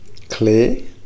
clay